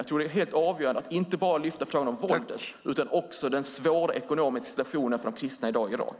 Jag tror att det är helt avgörande att inte bara lyfta fram frågan om våldet utan också den svåra ekonomiska situationen för de kristna i Irak.